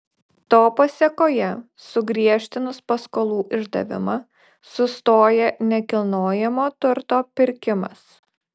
to pasėkoje sugriežtinus paskolų išdavimą sustoja nekilnojamo turto pirkimas